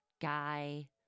guy